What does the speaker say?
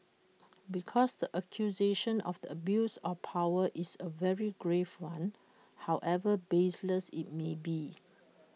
because the accusation of the abuse of power is A very grave one however baseless IT may be